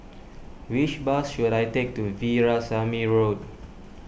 which bus should I take to Veerasamy Road